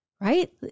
right